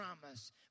promise